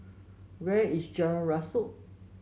where is Jalan Rasok